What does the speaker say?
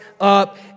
up